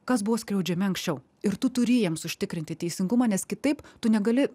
kas buvo skriaudžiami anksčiau ir tu turi jiems užtikrinti teisingumą nes kitaip tu negali